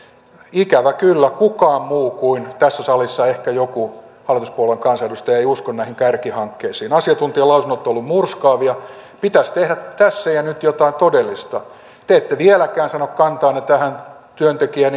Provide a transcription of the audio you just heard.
ikävä kyllä kukaan muu tässä salissa kuin ehkä joku hallituspuolueen kansanedustaja ei usko näihin kärkihankkeisiin asiantuntijalausunnot ovat olleet murskaavia pitäisi tehdä tässä ja nyt jotain todellista te ette vieläkään sano kantaanne tähän työntekijän